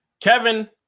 Kevin